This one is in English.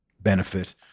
benefit